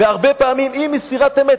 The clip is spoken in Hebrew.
והרבה פעמים אי-מסירת אמת.